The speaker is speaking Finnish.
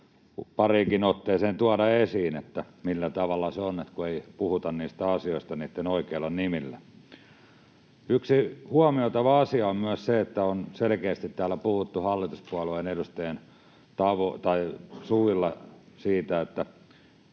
pariinkin otteeseen tuoda esiin: millä tavalla se on, kun ei puhuta asioista niitten oikeilla nimillä. Yksi huomioitava asia on myös se, että täällä on selkeästi puhuttu hallituspuolueiden edustajien suilla siitä, että